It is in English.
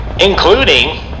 Including